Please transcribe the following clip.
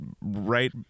right